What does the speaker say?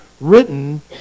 written